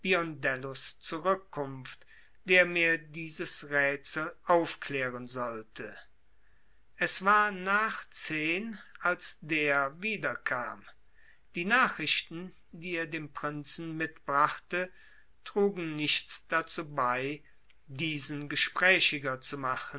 zurückkunft der mir dieses rätsel aufklären sollte es war nach zehn uhr als der wiederkam die nachrichten die er dem prinzen mitbrachte trugen nichts dazu bei diesen gesprächiger zu machen